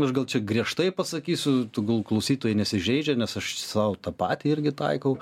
aš gal čia griežtai pasakysiu tegul klausytojai neįsižeidžia nes aš sau tą patį irgi taikau